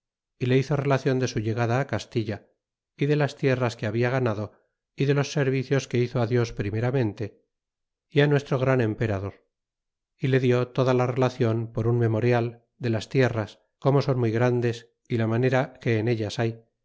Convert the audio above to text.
hizo relacion de su llegada á castilla y de las tierras que habia ganado y de los servicios que hizo dios primeramente y nuestro gran emperador y le dió toda la relacion por un memorial de las tierras como son muy grandes y la manera que en ellas hay